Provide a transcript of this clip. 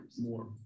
more